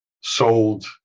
sold